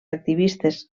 activistes